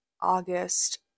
August